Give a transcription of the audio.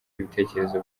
ibitekerezo